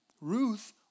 Ruth